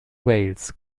wales